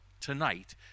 tonight